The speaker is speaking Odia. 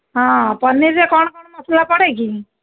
ହଁ ପନିରରେ କ'ଣ କ'ଣ ମସଲା ପଡ଼େକି